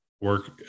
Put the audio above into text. work